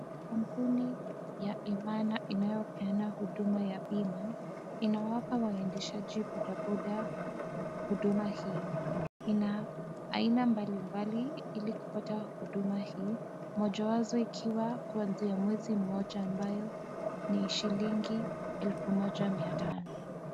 Kampuni ya Imana inayopeana huduma ya bima, inawapa waendeshaji bodaboda huduma hii. Ina aina mbali mbali ili kupata huduma hii, moja wazo ikiwa kuanzia wezi mmoja ambayo ni shilingi elfu moja mia tano.